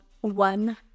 one